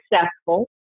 successful